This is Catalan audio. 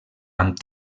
amb